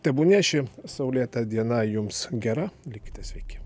tebūnie ši saulėta diena jums gera likite sveiki